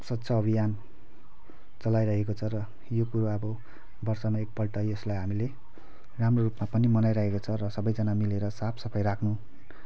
स्वच्छ अभियान चलाइरहेको छ र यो कुरो अब वर्षमा एकपल्ट यसलाई हामीले राम्रो रूपमा पनि मनाइरहेको छ र सबैजना मिलेर साफसफाई राख्नु